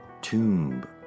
Tomb